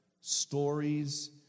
stories